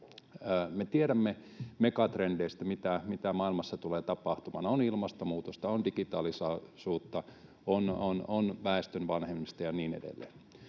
Me tiedämme megatrendeistä, mitä maailmassa tulee tapahtumaan: on ilmastonmuutosta, on digitaalisuutta, on väestön vanhenemista ja niin edelleen.